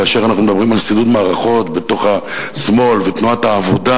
כאשר אנחנו מדברים על שידוד מערכות בתוך השמאל ותנועת העבודה,